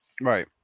Right